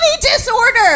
disorder